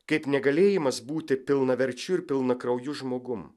kaip negalėjimas būti pilnaverčiu ir pilnakrauju žmogum